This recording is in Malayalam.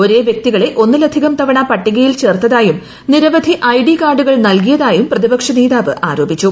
ഒരേ വൃക്തികളെ ഒന്നിലധികം തവണ പട്ടികയിൽ ചേർത്തതായും നിരവധി ഐഡി കാർഡുകൾ നൽകിയതായും പ്രതിപക്ഷനേതാവ് ആരോപിച്ചു